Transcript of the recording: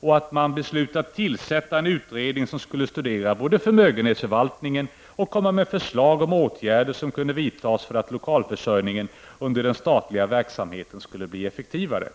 och beslutat tillsätta en utredning, som både skulle studera förmögenhetsförvaltningen och komma med förslag om åtgärder som kunde vidtas för att lokalförsörjningen under den statliga verksamheten skulle bli effektivare.